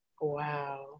Wow